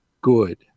good